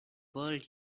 world